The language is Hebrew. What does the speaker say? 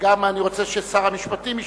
ואני רוצה שגם שר המשפטים ישמע,